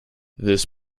this